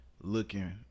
looking